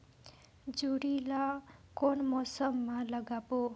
जोणी ला कोन मौसम मा लगाबो?